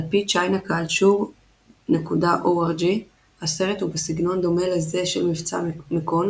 על פי Chinaculture.org הסרט הוא בסגנון דומה לזה של מבצע מקונג